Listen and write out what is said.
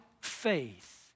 faith